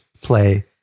play